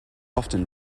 often